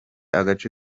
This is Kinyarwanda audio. agace